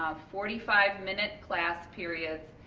ah forty five minute class periods,